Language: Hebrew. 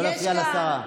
לא להפריע לשרה.